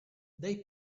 they